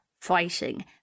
fighting